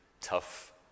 tough